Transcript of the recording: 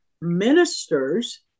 ministers